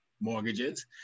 mortgages